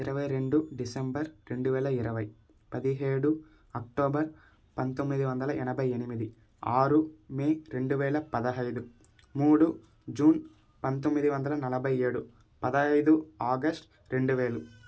ఇరవై రెండు డిసెంబర్ రెండు వేల ఇరవై పదిహేడు అక్టోబర్ పంతొమ్మిది వందల ఎనభై ఏడు ఆరు మే రెండు వేల పదహైదు మూడు జూన్ పంతొమ్మిది వందల నలభై ఏడు పదిహేను ఆగస్టు రెండు వేలు